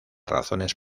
razones